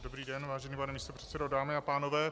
Dobrý den, vážený pane místopředsedo, dámy a pánové.